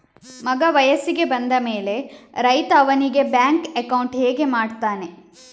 ಮಗ ವಯಸ್ಸಿಗೆ ಬಂದ ಮೇಲೆ ರೈತ ಅವನಿಗೆ ಬ್ಯಾಂಕ್ ಅಕೌಂಟ್ ಹೇಗೆ ಮಾಡ್ತಾನೆ?